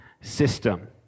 system